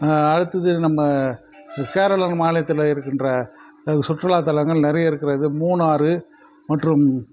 அடுத்தது நம்ம கேரள மாநிலத்தில் இருக்கின்ற சுற்றுலா தளங்கள் நிறைய இருக்கிறது மூணார் மற்றும்